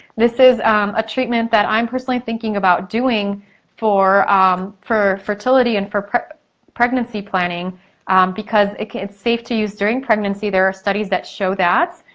this is a treatment that i'm personally thinking about doing for um for fertility and for pregnancy planning because it's safe to use during pregnancy. there are studies that show that.